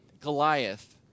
Goliath